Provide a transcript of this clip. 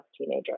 teenager